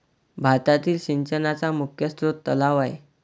भारतातील सिंचनाचा मुख्य स्रोत तलाव आहे